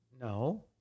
No